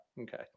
Okay